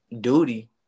duty